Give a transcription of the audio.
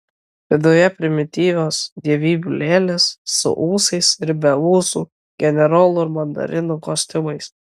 viduje primityvios dievybių lėlės su ūsais ir be ūsų generolų ir mandarinų kostiumais